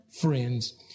friends